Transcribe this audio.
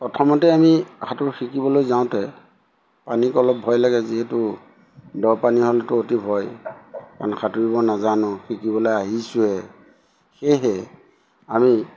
প্ৰথমতে আমি সাঁতোৰ শিকিবলৈ যাওঁতে পানীক অলপ ভয় লাগে যিহেতু দ পানী হ'লতো অতি ভয় কাৰণ সাঁতুৰিব নাজানো শিকিবলৈ আহিছো হে সেয়েহে আমি